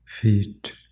feet